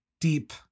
deep